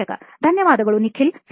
ಸಂದರ್ಶಕ ಧನ್ಯವಾದಗಳು ನಿಖಿಲ್